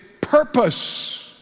purpose